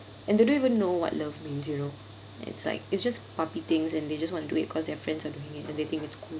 and they don't even know what love means you know it's like it's just puppy things and they just want to do it cause their friends are doing it and they think it's cool